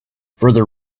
further